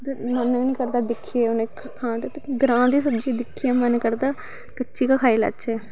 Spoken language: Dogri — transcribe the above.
मन गै नी करदा दिक्खियै उनें खान दा ग्रांऽ दी सब्जी दिक्खियै मन करदा कच्ची गै खाई लैच्चै